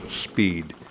speed